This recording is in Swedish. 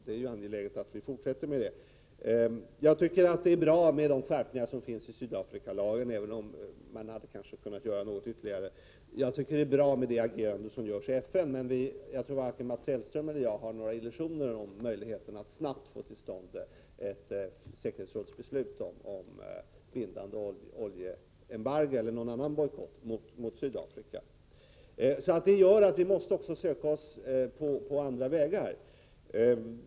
Det är angeläget att vi fortsätter med detta arbete. Jag tycker att de skärpningar som kommit till i Sydafrikalagen är bra, även om man hade kunnat göra något ytterligare. Även agerandet i FN är bra, men jag tror inte att vare sig Mats Hellström eller jag har några illusioner om möjligheten att snabbt få till stånd ett bindande beslut i säkerhetsrådet om ett oljeembargo eller någon annan bojkott mot Sydafrika. Vi måste således även söka oss andra vägar.